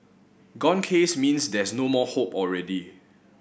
gone case means there's no more hope already